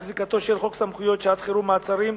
זיקתו של חוק סמכויות שעת-חירום (מעצרים),